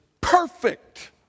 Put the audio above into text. Perfect